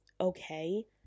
Okay